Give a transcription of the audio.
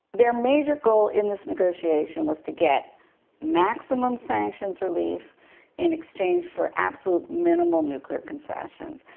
their major goal in this negotiation was to get maximum sanctions relief in exchange for absolute minimal nuclear concessions,